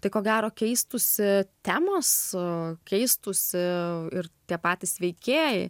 tai ko gero keistųsi temos keistųsi ir tie patys veikėjai